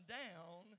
down